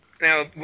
Now